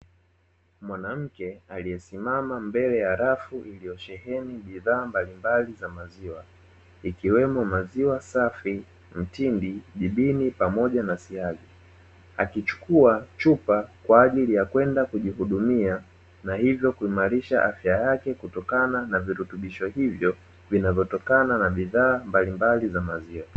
Mwanamke aliyesimama mbele ya rafu iliyosheheni bidhaa mbalimbali za maziwa, ikiwemo maziwa safi mtindi, jibini pamoja na siagi. Akichukua chupa kwa ajili ya kwenda kujihudumia na hivyo kuimarisha afya yake kutokana na virutubisho hivyo vinavyotokana na bidhaa mbalimbali za maziwa.